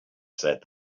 said